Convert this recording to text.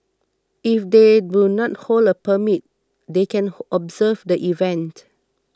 if they do not hold a permit they can observe the event